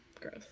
gross